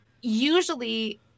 usually